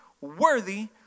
worthy